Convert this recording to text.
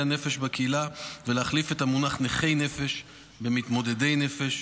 הנפש בקהילה ולהחליף את המונח "נכי נפש" ב"מתמודדי נפש",